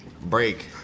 Break